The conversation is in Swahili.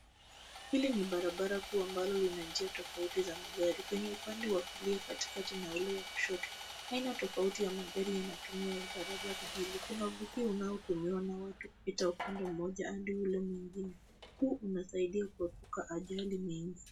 Hili ni barabara kuu ambalo lina njia tofauti za magari. Kwenye upande wa kulia katikati na ule wa kushoto. Aina tofauti ya magari yanatumia vivaroga sahihi kuna uvukio unaotumiwa na watu kupita upande mmoja hadi ule mwingine. Huu unasaidia kuepuka ajali nyingi.